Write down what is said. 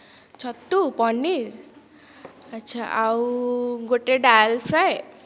ଛତୁ ପନିର ଆଚ୍ଛା ଆଉ ଗୋଟିଏ ଡାଲ ଫ୍ରାଏ